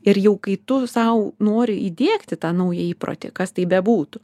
ir jau kai tu sau nori įdiegti tą naują įprotį kas tai bebūtų